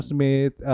Smith